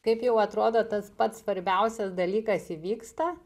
taip jau atrodo tas pats svarbiausias dalykas įvyksta